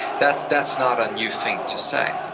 that's that's not a new thing to say,